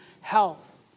health